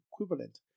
equivalent